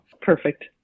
Perfect